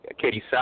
Katie